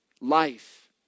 life